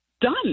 done